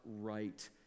right